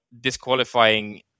disqualifying